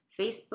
Facebook